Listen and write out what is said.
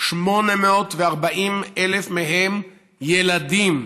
840,000 מהם ילדים.